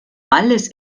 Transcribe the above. alles